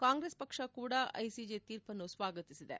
ಕಾಂಗ್ರೆಸ್ ಪಕ್ಷ ಕೂಡ ಐಸಿಜೆ ತೀರ್ಪನ್ನು ಸ್ವಾಗತಿಸಿದೆ